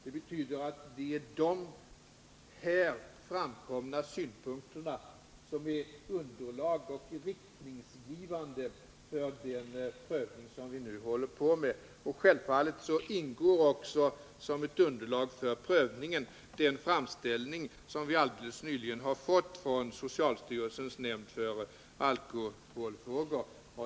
Det betyder att de här framkomna synpunkterna utgör underlag och är riktningsgivande för den prövning vi nu håller på med, och självfallet ingår som underlag också den framställning som vi alldeles nyligen har fått från socialstyrelsens nämnd för alkoholfrågor.